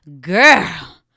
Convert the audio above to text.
girl